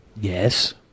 yes